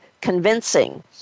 convincing